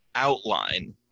outline